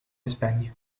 espagne